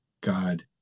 God